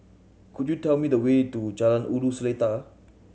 could you tell me the way to Jalan Ulu Seletar